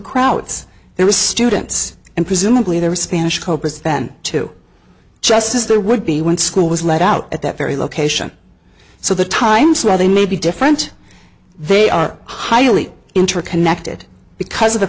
crowds there were students and presumably there were spanish copus then too just as there would be when school was let out at that very low so the times where they may be different they are highly interconnected because of the